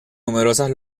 numerosos